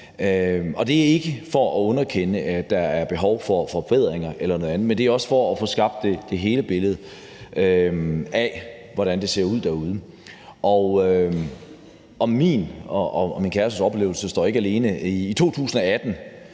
Det er ikke for at underkende, at der er behov for forbedringer eller noget andet, men det er for at få skabt det hele billede af, hvordan det ser ud. Min og min kærestes oplevelse står ikke alene. I 2018